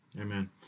Amen